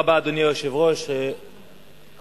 אדוני היושב-ראש, תודה רבה.